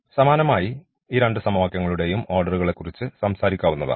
സമാനമായി ഈ രണ്ട് സമവാക്യങ്ങളുടെയും ഓർഡർകളെക്കുറിച്ച് സംസാരിക്കാവുന്നതാണ്